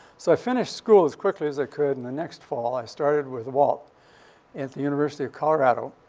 so i finished school as quickly as i could. and the next fall, i started with walt at the university of colorado.